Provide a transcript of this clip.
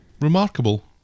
remarkable